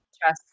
Trust